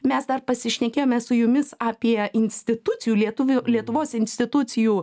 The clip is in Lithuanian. mes dar pasišnekėjome su jumis apie institucijų lietuvių lietuvos institucijų